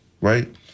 right